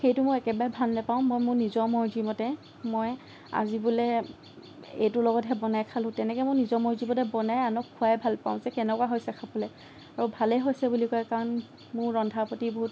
সেইটো মই একেবাৰে ভাল নাপাওঁ মই মোৰ নিজৰ মৰ্জি মতে মই আজি বোলে এইটোৰ লগতহে বনাই খালোঁ তেনেকৈ মই নিজৰ মৰ্জি মতে বনাই আনক খোৱাই ভাল পাওঁ যে কেনেকুৱা হৈছে খাবলৈ আৰু ভালেই হৈছে বুলি কয় কাৰণ মোৰ ৰন্ধাৰ প্ৰতি বহুত